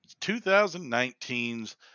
2019's